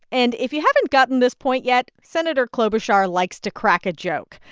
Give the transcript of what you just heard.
and if you haven't gotten this point yet, senator klobuchar likes to crack a joke,